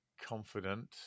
confident